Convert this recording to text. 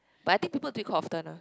but I think people do it often one